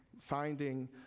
finding